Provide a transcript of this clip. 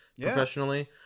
professionally